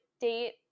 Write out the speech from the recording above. date